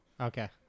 okay